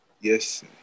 Yes